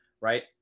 right